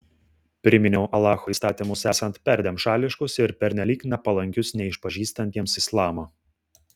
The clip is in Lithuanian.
priminiau alacho įstatymus esant perdėm šališkus ir pernelyg nepalankius neišpažįstantiems islamo